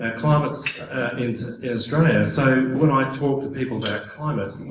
ah climates in australia so when i talk to people that climate,